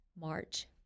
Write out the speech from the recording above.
March